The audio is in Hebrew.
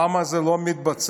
למה זה לא מתבצע?